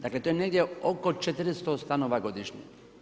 Dakle to je negdje oko 400 stanova godišnje.